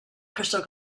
crystal